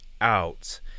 out